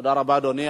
תודה רבה, אדוני.